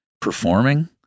performing